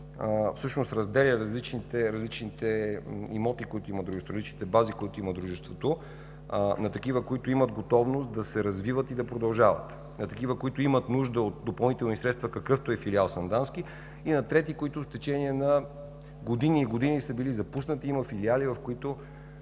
всъщност разделя различните имоти, различните бази, които има дружеството, на такива, които имат готовност да се развиват и да продължават, на такива, които имат нужда от допълнителни средства, какъвто е филиал Сандански, и на трети, които в течение на години и години са били запуснати. Има филиали, в които,